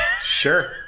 Sure